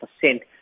percent